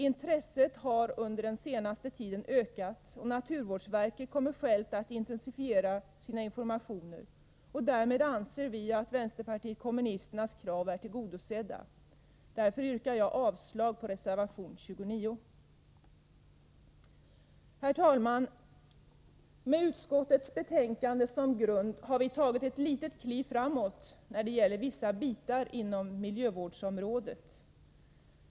Intresset har under den senaste tiden ökat, och naturvårdsverket kommer självt att intensifiera sina informationer. Därmed anser vi att vänsterpartiet kommunisternas krav är tillgodosedda. Jag yrkar därför avslag på reservation nr 29. Herr talman! Med utskottets betänkande som grund har vi tagit ett litet kliv framåt när det gäller vissa delar av miljövårdsområdet.